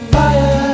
fire